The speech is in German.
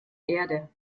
erde